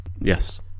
Yes